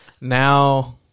now